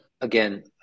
Again